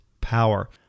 power